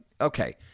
okay